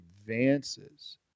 advances